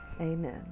amen